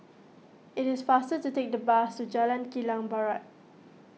it is faster to take the bus to Jalan Kilang Barat